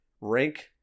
Rank